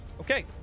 Okay